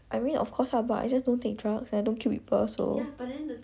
of course ah but I just don't take drugs and I don't kill people so